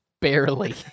Barely